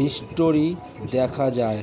History দেখা যায়?